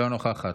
לא נוכחת,